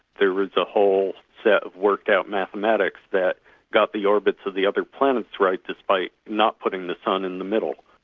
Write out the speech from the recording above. there was a whole set of worked-out mathematics that got the orbits of the other planets right despite not putting the sun in the middle,